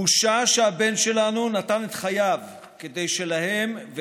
בושה שהבן שלנו נתן את חייו כדי שלהם,